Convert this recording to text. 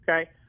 Okay